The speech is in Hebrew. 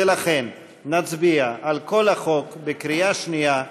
ולכן נצביע על כל החוק בקריאה שנייה,